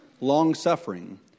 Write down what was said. long-suffering